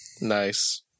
nice